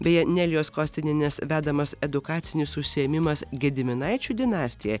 beje nelijos kostinienės vedamas edukacinis užsiėmimas gediminaičių dinastija